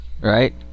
Right